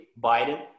Biden